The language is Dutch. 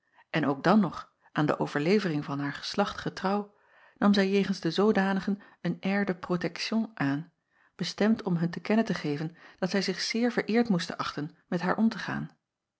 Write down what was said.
en ook dan nog aan de overlevering van haar geslacht getrouw nam zij jegens de zoodanigen een air de protection aan bestemd om hun te kennen te geven dat zij zich zeer vereerd moesten achten met haar om te gaan